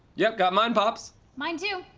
yep, got mine, pops. mine too.